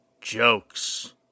jokes